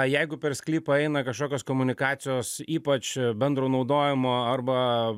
jeigu per sklypą eina kažkokios komunikacijos ypač bendro naudojimo arba